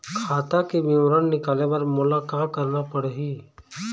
खाता के विवरण निकाले बर मोला का करना पड़ही?